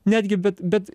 netgi bet bet